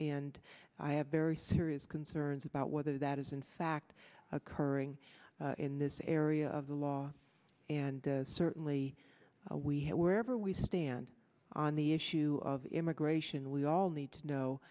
and i have very serious concerns about whether that is in fact occurring in this area of the law and certainly we wherever we stand on the issue of immigration we all need to know